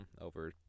over